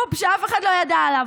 סקופ שאף אחד לא ידע עליו: